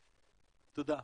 תודה.